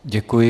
Děkuji.